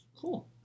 cool